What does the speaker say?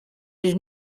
his